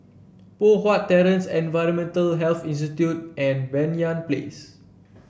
Poh Huat Terrace Environmental Health Institute and Banyan Place